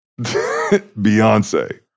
Beyonce